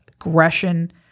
aggression